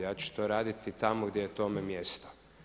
Ja ću to raditi tamo gdje je tome mjesto.